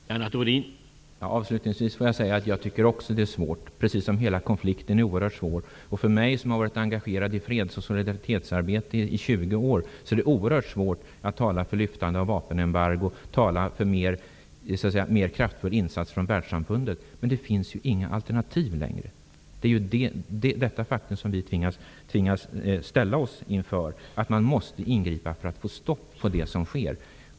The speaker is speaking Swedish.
Herr talman! Låt mig avslutningsvis säga att jag också tycker att det här är svårt. Hela konflikten är oerhört svår. För mig, som har varit engagerad i freds och solidaritetsarbete i 20 år, är det oerhört svårt att tala för ett lyftande av ett vapenembargo, att tala för en mer kraftfull insats från världssamfundet. Men det finns ju inga alternativ längre. Vi tvingas erkänna detta faktum; Man måste ingripa för att få stopp på det som sker.